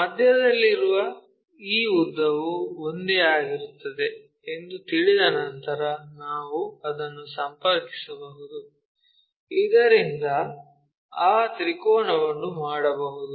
ಮಧ್ಯದಲ್ಲಿ ಇರುವ ಈ ಉದ್ದವು ಒಂದೇ ಆಗಿರುತ್ತದೆ ಎಂದು ತಿಳಿದ ನಂತರ ನಾವು ಅದನ್ನು ಸಂಪರ್ಕಿಸಬಹುದು ಇದರಿಂದ ಆ ತ್ರಿಕೋನವನ್ನು ಮಾಡಬಹುದು